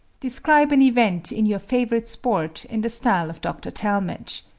describe an event in your favorite sport in the style of dr. talmage.